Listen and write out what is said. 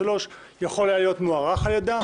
יכול היה להיות מוארך על ידה,